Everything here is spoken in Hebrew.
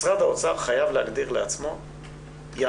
משרד האוצר חייב להגדיר לעצמו יעד